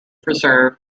preserve